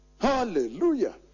Hallelujah